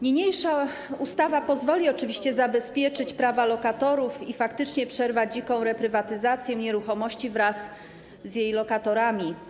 Niniejsza ustawa pozwoli oczywiście zabezpieczyć prawa lokatorów i faktycznie przerwać dziką reprywatyzację nieruchomości wraz z jej lokatorami.